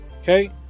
okay